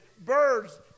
birds